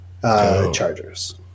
Chargers